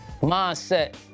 mindset